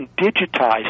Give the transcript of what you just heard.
digitize